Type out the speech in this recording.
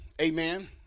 amen